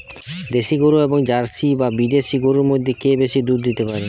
দেশী গরু এবং জার্সি বা বিদেশি গরু মধ্যে কে বেশি দুধ দিতে পারে?